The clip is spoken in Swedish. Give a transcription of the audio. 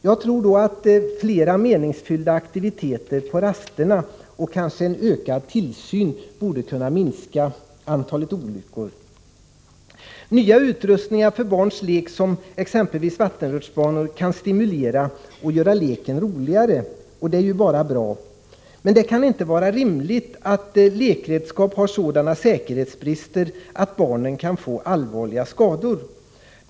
Jag tror att flera meningsfyllda aktiviteter på rasterna och kanske en ökad tillsyn borde kunna minska antalet olyckor. Nya utrustningar för barns lek såsom exempelvis vattenrutschbanor kan stimulera och göra leken roligare, och det är bara bra. Men det kan inte vara rimligt att lekredskap har sådana säkerhetsbrister att barnen kan få allvarliga skador.